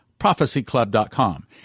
prophecyclub.com